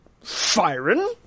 firing